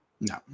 No